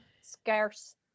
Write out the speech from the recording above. scarce